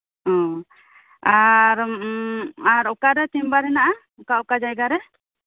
ᱚ ᱟᱨ ᱟᱨ ᱚᱠᱟᱨᱮ ᱪᱮᱢᱵᱟᱨ ᱦᱮᱱᱟᱜᱼᱟ ᱚᱠᱟ ᱡᱟᱭᱜᱟ ᱨᱮ